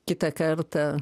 kitą kartą